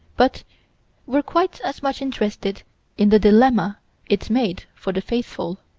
but we're quite as much interested in the dilemma it made for the faithful.